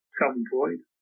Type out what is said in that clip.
self-employed